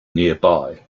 nearby